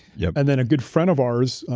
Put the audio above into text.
yeah and then a good friend of ours,